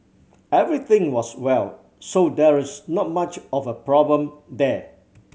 everything was well so there is not much of a problem there